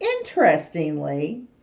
interestingly